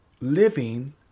living